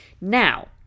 Now